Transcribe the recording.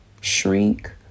shrink